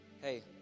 Hey